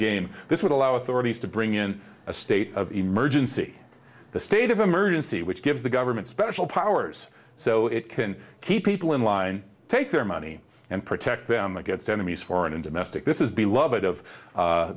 gain this would allow authorities to bring in a state of emergency the state of emergency which gives the government special powers so it can keep people in line take their money and protect them against enemies foreign and domestic this is beloved of